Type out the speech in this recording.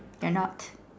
you are not